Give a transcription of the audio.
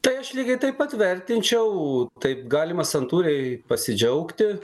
tai aš lygiai taip pat vertinčiau taip galima santūriai pasidžiaugti